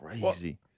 Crazy